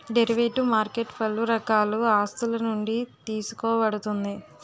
derivative market పలు రకాల ఆస్తులునుండి తీసుకోబడుతుంది